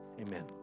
Amen